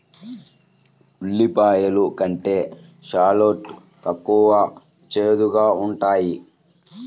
ఉల్లిపాయలు కంటే షాలోట్ తక్కువ చేదుగా ఉంటాయి